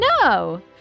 No